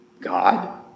God